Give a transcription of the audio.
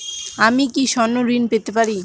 আমি কি স্বর্ণ ঋণ পেতে পারি?